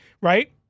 right